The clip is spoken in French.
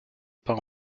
pas